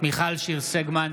מיכל שיר סגמן,